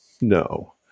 No